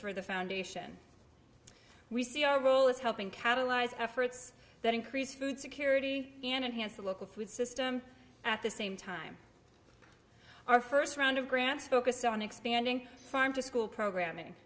for the foundation we see our role as helping catalyze efforts that increase food security and enhance the local food system at the same time our first round of grants focused on expanding farm to school programming